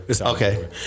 Okay